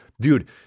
dude